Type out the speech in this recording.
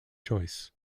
choice